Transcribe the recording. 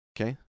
Okay